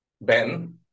Ben